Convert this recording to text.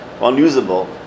unusable